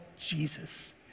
Jesus